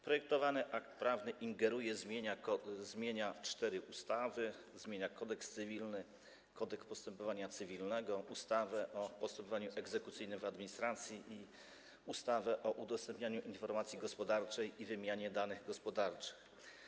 Projektowany akt prawny ingeruje, zmienia cztery ustawy, zmienia Kodeks cywilny, Kodeks postępowania cywilnego, ustawę o postępowaniu egzekucyjnym w administracji i ustawę o udostępnianiu informacji gospodarczych i wymianie danych gospodarczych.